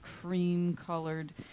cream-colored